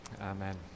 amen